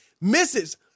misses